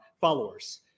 followers